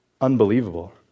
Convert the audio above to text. unbelievable